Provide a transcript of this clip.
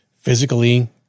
physically